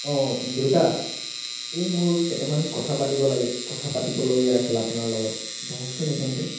অ' দেউতা এই মোৰ কেইটামান কথা পাতিব লাগে কথা পাতিবলগীয়া আছিল আপোনাৰ লগত বহকচোন এইকণতে